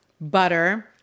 butter